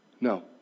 No